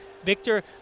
Victor